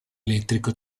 elettrico